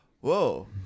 Whoa